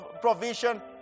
provision